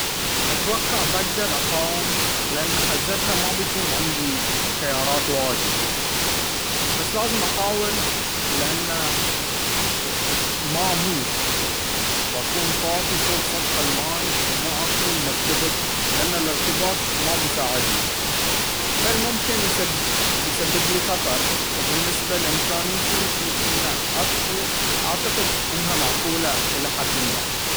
أتوقع بقدر اقاوم لانه حزتها ما بيكون عندي خيارات واجد بس لازم أحاول انه ما أموت واكون طافي فوق سطح الماي وما اكون مرتبك لأنه الإرتباك ما بيساعدني بل ممكن يسببلي خطر وبالنسبة لإمكانيتي في انه اطفة اعتقد انها معقولة الى حد ما.